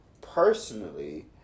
personally